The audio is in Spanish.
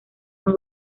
muy